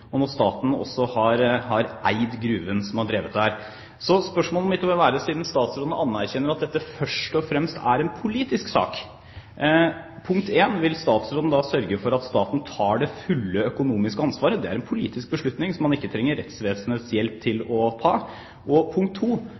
og når staten også har eid gruven som man har drevet der. Spørsmålene mine vil være, siden statsråden anerkjenner at dette først og fremst er en politisk sak: For det første: Vil statsråden sørge for at staten tar det fulle økonomiske ansvaret? Det er en politisk beslutning som man ikke trenger rettsvesenets hjelp til å ta.